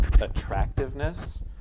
attractiveness